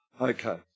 Okay